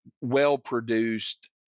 well-produced